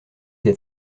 des